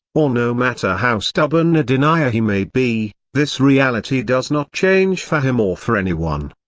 or no matter how stubborn a denier he may be, this reality does not change for him or for anyone.